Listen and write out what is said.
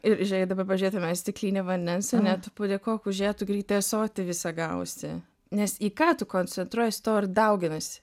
ir žiūrėk dabar pažiūrėtume į stiklinę vandens ane tu padėkok už ją tu greitai ąsotį visą gausi nes į ką tu koncentruojiesi to ir dauginasi